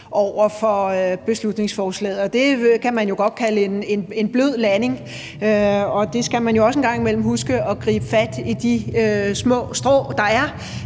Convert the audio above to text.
over for beslutningsforslaget. Det kan man jo godt kalde en blød landing, og man skal jo også en gang imellem huske at gribe fat i de små strå, der er,